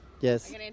Yes